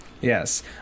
Yes